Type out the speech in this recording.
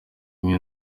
niyo